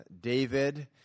David